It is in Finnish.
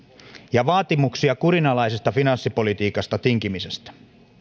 ja vaatimuksia kurinalaisesta finanssipolitiikasta tinkimisestä